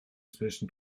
zwischen